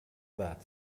that